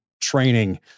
training